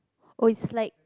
oh it's like